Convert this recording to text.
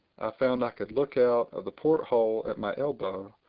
found i could look out of the port-hole at my elbow,